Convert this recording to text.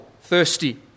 thirsty